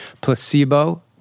placebo